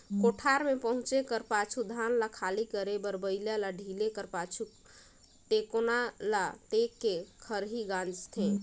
कोठार मे पहुचे कर पाछू धान ल खाली करे बर बइला ल ढिले कर पाछु, टेकोना ल टेक के खरही गाजथे